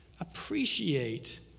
Appreciate